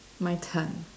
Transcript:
my turn